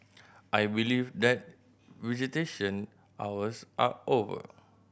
I believe that visitation hours are over